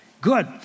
good